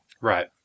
Right